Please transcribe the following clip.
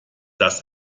dass